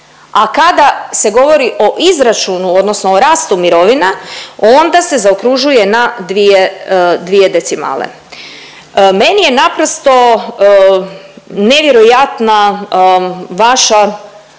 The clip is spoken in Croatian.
a kada se govori o izračunu odnosno o rastu mirovina onda se zaokružuje na dvije, dvije decimale. Meni je naprosto nevjerojatna vaša